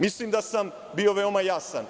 Mislim da sam bio veoma jasan.